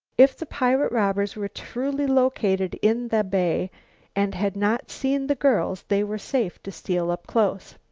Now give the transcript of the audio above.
if the pirate robbers were truly located in the bay and had not seen the girls they were safe to steal up close.